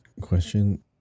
question